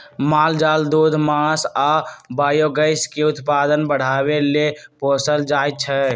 माल जाल दूध मास आ बायोगैस के उत्पादन बढ़ाबे लेल पोसल जाइ छै